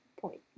point